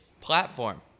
platform